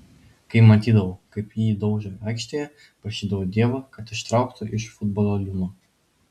kai matydavau kaip jį daužo aikštėje prašydavau dievo kad ištrauktų iš futbolo liūno